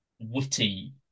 witty